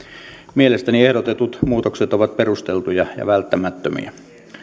mielestäni ehdotetut muutokset ovat perusteltuja ja välttämättömiä